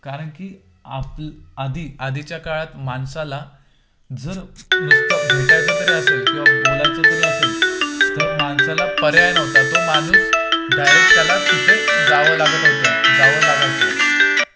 कारण की आप आधी आधीच्या काळात माणसाला जर पुस्तक भेटायचं पण असेल किंवा बोलायचं पण असेल तर मानसाला पर्याय नव्हता तर माणूस डायरेक्ट त्याला तिथे जावं लागत होतं जावं लागत होतं